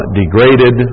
degraded